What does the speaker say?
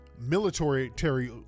military